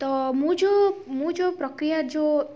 ତ ମୁଁ ଯେଉଁ ମୁଁ ଯେଉଁ ପ୍ରକ୍ରିୟା ଯୋ